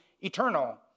eternal